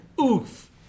Oof